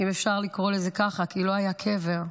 אם אפשר לקרוא לזה ככה, כי לא היה קבר,